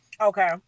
okay